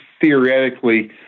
theoretically